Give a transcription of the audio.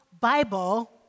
bible